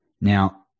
Now